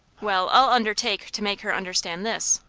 well, i'll undertake to make her understand this,